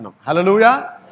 Hallelujah